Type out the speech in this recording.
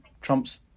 Trump's